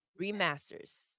remasters